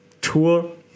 tour